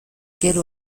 gero